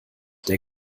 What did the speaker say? der